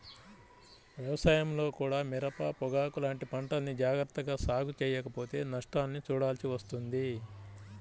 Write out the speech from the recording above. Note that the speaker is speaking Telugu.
వ్యవసాయంలో కూడా మిరప, పొగాకు లాంటి పంటల్ని జాగర్తగా సాగు చెయ్యకపోతే నష్టాల్ని చూడాల్సి వస్తుంది